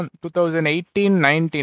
2018-19